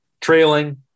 trailing